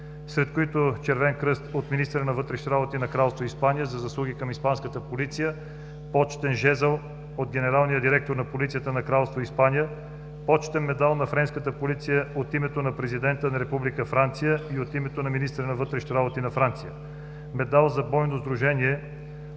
сред които „Червен кръст“ от министъра на вътрешните работи на Кралство Испания за заслуги към испанската полиция, „Почетен жезъл“ от генералния директор на полицията на Кралство Испания, „Почетен медал на френската полиция“ от името на президента на Република Франция и от името на министъра на вътрешните работи на Франция, „Медал за бойно сдружение“